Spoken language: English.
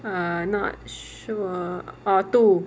err not sure orh two